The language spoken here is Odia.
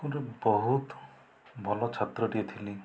ସ୍କୁଲରେ ବହୁତ ଭଲ ଛାତ୍ରଟିଏ ଥିଲି